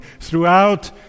throughout